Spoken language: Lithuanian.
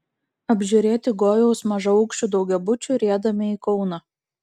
apžiūrėti gojaus mažaaukščių daugiabučių riedame į kauną